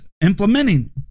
implementing